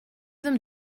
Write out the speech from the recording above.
them